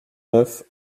neuf